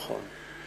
נכון.